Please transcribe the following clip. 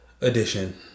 Edition